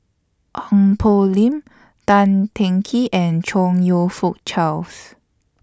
Ong Poh Lim Tan Teng Kee and Chong YOU Fook Charles